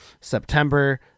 September